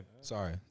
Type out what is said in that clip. Sorry